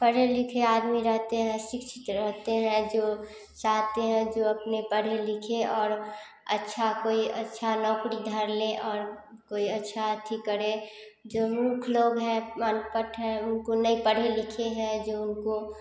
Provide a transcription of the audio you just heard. पढ़े लिखे आदमी रहते हैं शिक्षित रहते हैं जो चाहते हैं जो अपने पढ़े लिखें और अच्छा कोई अच्छा नौकरी धर लें और कोई अच्छा अथी करें जो मूर्ख लोग हैं अनपढ़ हैं उनको जो नहीं पढ़े लिखे हैं जो उनको